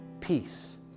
peace